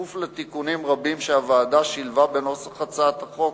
ובכפוף לתיקונים רבים שהיא שילבה בנוסח הצעת החוק,